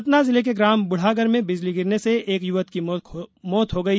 सतना जिले के ग्राम बुढ़ागर में बिजली गिरने से एक युवक की मौत हो गई